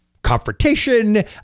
confrontation